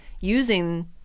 using